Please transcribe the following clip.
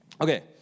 Okay